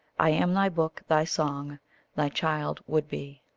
i am thy book, thy song thy child would be.